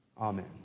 Amen